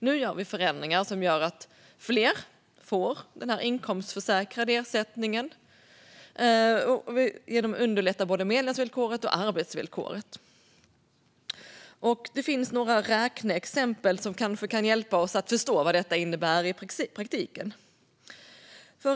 Nu gör vi förändringar som innebär att fler får denna inkomstförsäkrade ersättning genom att vi underlättar både medlemsvillkoret och arbetsvillkoret. Det finns några räkneexempel som kanske kan hjälpa oss att förstå vad detta innebär i praktiken.